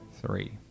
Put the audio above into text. Three